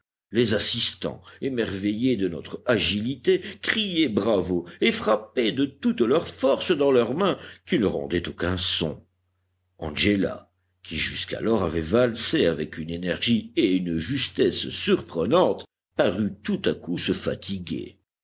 les assistants émerveillés de notre agilité criaient bravo et frappaient de toutes leurs forces dans leurs mains qui ne rendaient aucun son angéla qui jusqu'alors avait valsé avec une énergie et une justesse surprenantes parut tout à coup se fatiguer